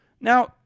Now